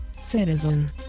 citizen